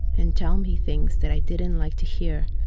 and tell me things that i didn't like to hear.